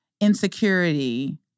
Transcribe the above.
insecurity